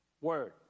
word